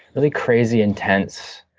really crazy, intense